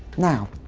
now,